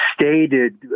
stated